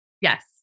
Yes